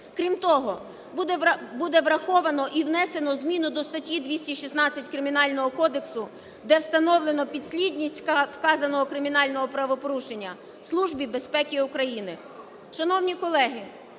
Крім того, буде враховано і внесено зміну до статті 216 Кримінального кодексу, де встановлено підслідність вказаного кримінального правопорушення Службі безпеки України.